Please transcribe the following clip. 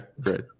great